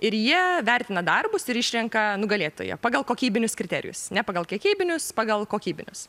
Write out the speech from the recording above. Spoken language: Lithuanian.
ir jie vertina darbus ir išrenka nugalėtoją pagal kokybinius kriterijus ne pagal kiekybinius pagal kokybinius